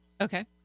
Okay